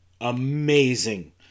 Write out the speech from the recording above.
Amazing